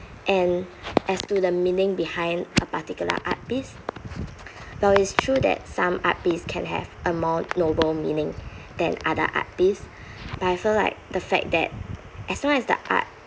and as to the meaning behind a particular art piece though it's true that some art piece can have a more noble meaning than other art piece but I feel like the fact that as long as the art